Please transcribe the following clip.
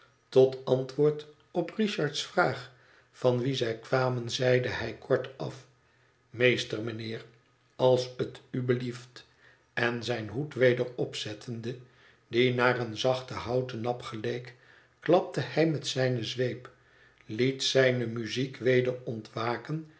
tot antwoord op richard's vraag van wien zij kwamen zeide hij kortaf meester mijnheer als u t belieft en zijn hoed weder opzettende die naar een zachten houten nap geleek klapte hij met zijne zweep liet zijne muziek weder ontwaken